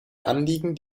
anliegen